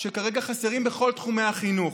שכרגע חסרים בכל תחומי החינוך.